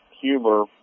humor